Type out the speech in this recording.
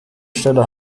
stelle